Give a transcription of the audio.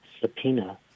subpoena